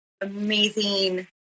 amazing